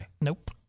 nope